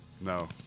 No